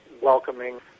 welcoming